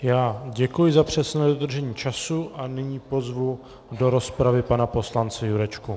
Já děkuji za přesné dodržení času a nyní pozvu do rozpravy pana poslance Jurečku.